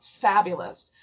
fabulous